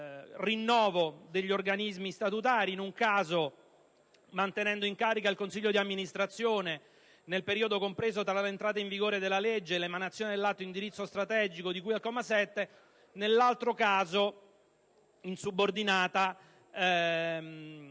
di rinnovo degli organismi statutari, in un caso mantenendo in carica il consiglio di amministrazione nel periodo compreso tra l'entrata in vigore della legge e l'emanazione dell'atto di indirizzo strategico di cui al comma 7; nell'altro caso, in via subordinata,